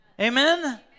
Amen